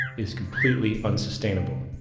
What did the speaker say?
is completely unsustainable.